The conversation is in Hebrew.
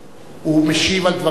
הוא משיב על דברים אחרים.